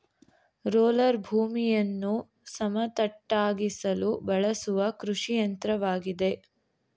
roller ಭೂಮಿಯನ್ನು ಸಮತಟ್ಟಾಗಿಸಲು ಬಳಸುವ ಕೃಷಿಯಂತ್ರವಾಗಿದೆ